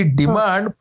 demand